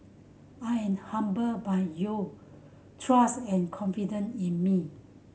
I am humbled by you trust and confident in me